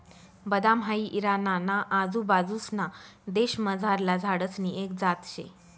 बदाम हाई इराणा ना आजूबाजूंसना देशमझारला झाडसनी एक जात शे